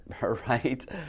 right